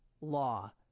law